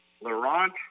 Laurent